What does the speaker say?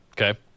Okay